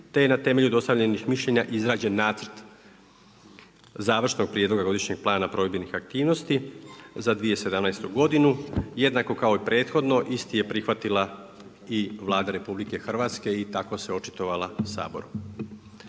te je na temelju dostavljenih mišljenja izrađen Nacrt završnog prijedloga godišnjeg plana provedbenih aktivnosti za 2017. godinu. Jednako kao i prethodno isti je prihvatila i Vlada RH i tako se očitovala Saboru.